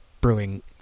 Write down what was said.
brewing